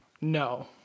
No